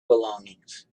belongings